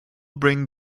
bring